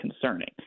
concerning